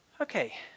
Okay